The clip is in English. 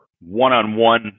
one-on-one